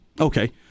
Okay